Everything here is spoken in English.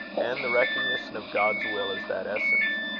and the recognition of god's will as that essence.